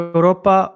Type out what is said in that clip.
Europa